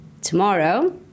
tomorrow